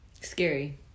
Scary